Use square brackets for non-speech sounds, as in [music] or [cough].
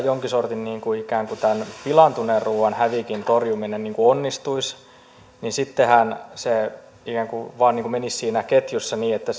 [unintelligible] jonkin sortin ikään kuin pilaantuneen ruuan hävikin torjuminen onnistuisi niin sittenhän se ikään kuin vain menisi siinä ketjussa niin että [unintelligible]